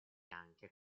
anche